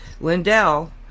Lindell